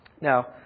Now